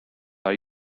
are